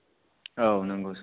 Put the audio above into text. औ नंगौ सार